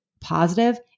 positive